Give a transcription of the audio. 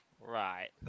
Right